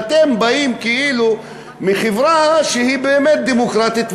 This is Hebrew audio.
אתם באים כאילו מחברה שהיא באמת דמוקרטית,